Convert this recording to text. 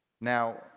Now